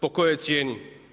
Po kojoj cijeni?